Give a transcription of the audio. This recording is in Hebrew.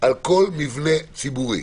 על כל מבנה ציבורי,